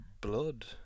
blood